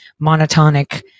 monotonic